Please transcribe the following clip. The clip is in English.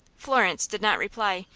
florence did not reply.